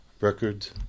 Records